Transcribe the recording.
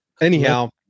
Anyhow